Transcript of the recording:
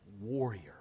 warrior